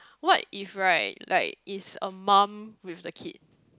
what if right like is a mum with a kid